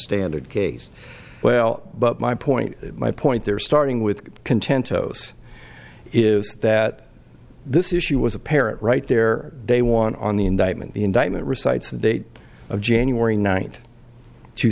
standard case well but my point my point they're starting with content ows is that this issue was apparent right there they won on the indictment the indictment recites the date of january ninth two